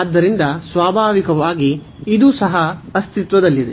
ಆದ್ದರಿಂದ ಸ್ವಾಭಾವಿಕವಾಗಿ ಇದು ಸಹ ಅಸ್ತಿತ್ವದಲ್ಲಿದೆ